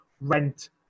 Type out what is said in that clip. rent